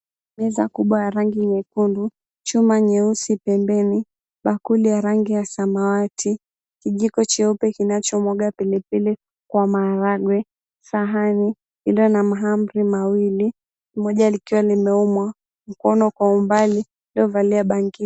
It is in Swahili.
Meza kubwa yenye rangi nyekundu, chuma pembeni, bakuli ya samawati, kijiko cheupe kinachomwaga pilipili kwa maharagwe, sahani iliyo na mahamri mawili, moja likiwa limeumwa mkono kwa umbali uliovalia bangili.